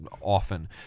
often